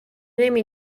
نمی